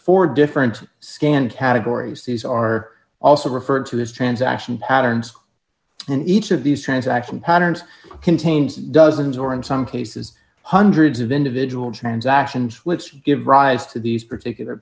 four different scanned categories these are also referred to this transaction patterns and each of these transactions patterns contain dozens or in some cases hundreds of individual transactions which give rise to these particular